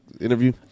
interview